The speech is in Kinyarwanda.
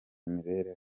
imibereho